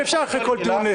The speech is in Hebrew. אי-אפשר אחרי כל טיעון,